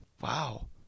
Wow